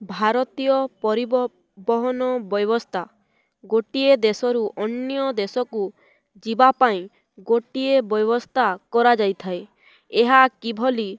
ଭାରତୀୟ ପରିବହନ ବ୍ୟବସ୍ଥା ଗୋଟିଏ ଦେଶରୁ ଅନ୍ୟ ଦେଶକୁ ଯିବା ପାଇଁ ଗୋଟିଏ ବ୍ୟବସ୍ଥା କରାଯାଇ ଥାଏ ଏହା କିଭଳି